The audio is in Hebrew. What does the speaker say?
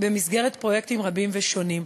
במסגרת פרויקטים רבים ושונים.